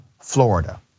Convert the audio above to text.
Florida